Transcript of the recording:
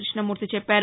కృష్ణమూర్తి చెప్పారు